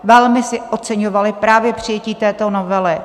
Velmi oceňovali právě přijetí této novely.